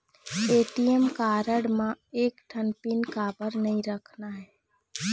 ATM card म एक ठन पिन काबर नई रखना हे?